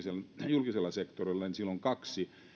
julkisella sektorilla niin silloin kaksi